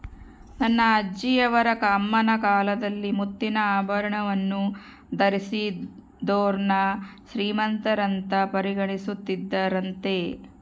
ನನ್ನ ಅಜ್ಜಿಯವರ ಅಮ್ಮನ ಕಾಲದಲ್ಲಿ ಮುತ್ತಿನ ಆಭರಣವನ್ನು ಧರಿಸಿದೋರ್ನ ಶ್ರೀಮಂತರಂತ ಪರಿಗಣಿಸುತ್ತಿದ್ದರಂತೆ